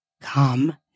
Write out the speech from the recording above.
Come